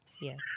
yes